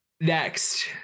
next